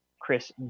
chris